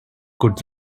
could